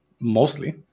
mostly